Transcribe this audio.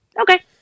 okay